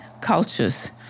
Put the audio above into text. cultures